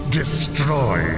destroy